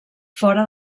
fora